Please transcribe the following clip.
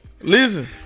Listen